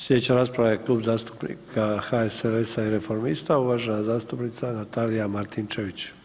Slijedeća rasprava je Klub zastupnika HSLS-a i Reformista, uvažena zastupnica Natalija Martinčević.